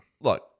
look